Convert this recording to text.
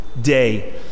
day